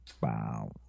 Wow